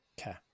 Okay